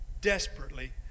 desperately